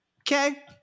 Okay